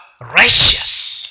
righteous